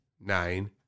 nine